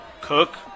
Cook